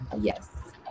Yes